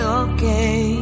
okay